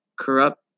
corrupt